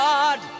God